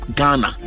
Ghana